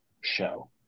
show